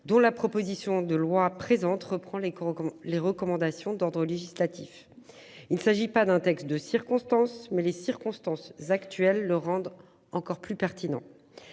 D'où la proposition de loi présente reprend les cours les recommandations d'ordre législatif. Il s'agit pas d'un texte de circonstance. Mais les circonstances actuelles, le rendre encore plus pertinent.